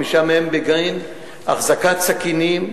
חמישה מהם בגין החזקת סכינים,